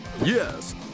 Yes